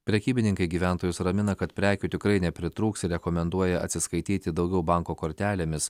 prekybininkai gyventojus ramina kad prekių tikrai nepritrūks ir rekomenduoja atsiskaityti daugiau banko kortelėmis